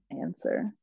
answer